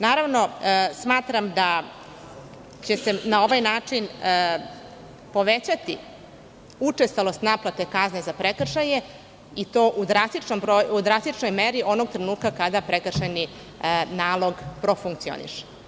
Naravno, smatram da će se na ovaj način povećati učestalost naplate kazne za prekršaje i to u drastičnoj meri onog trenutka kada prekršajni nalog profunkcioniše.